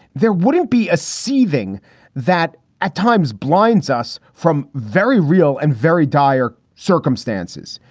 there wouldn't be a seething that at times blinds us from very real and very dire circumstances.